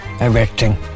erecting